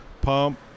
pump